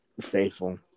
faithful